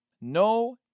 No